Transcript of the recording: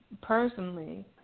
personally